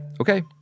Okay